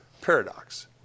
paradox